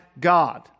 God